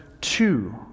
two